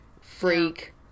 freak